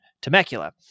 temecula